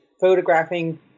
photographing